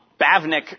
Bavnik